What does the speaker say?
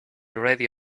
ready